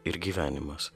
ir gyvenimas